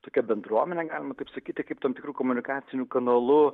tokia bendruomene galima taip sakyti kaip tam tikru komunikaciniu kanalu